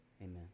Amen